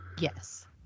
Yes